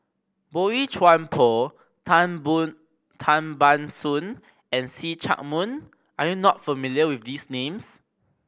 Boey Chuan Poh Tan Tan Ban Soon and See Chak Mun are you not familiar with these names